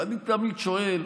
ואני תמיד שואל: